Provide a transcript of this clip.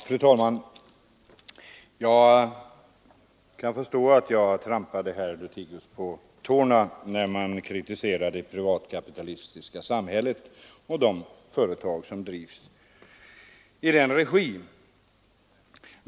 Fru talman! Jag kan förstå att jag trampade herr Lothigius på tårna när jag kritiserade det privatkapitalistiska samhället och de företag som drivs i den regin.